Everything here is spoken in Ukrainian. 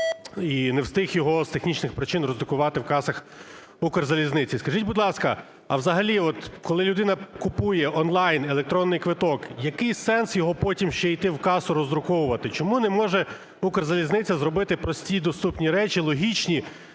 і не встиг його з технічних причин роздрукувати в касах "Укрзалізниці". Скажіть, будь ласка, а взагалі от, коли людина купує онлайн електронний квиток, який сенс його потім ще іти в касу роздруковувати? Чому не може "Укрзалізниця" зробити прості доступні речі, логічні